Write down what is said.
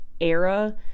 era